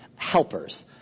helpers